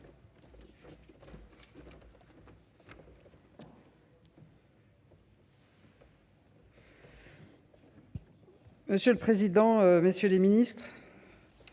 Monsieur le président, messieurs les ministres,